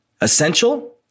Essential